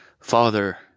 Father